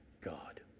God